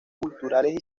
culturales